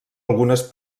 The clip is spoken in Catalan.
algunes